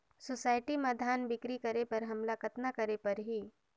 Society म धान बिक्री करे बर हमला कतना करे परही?